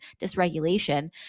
dysregulation